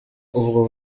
ubwo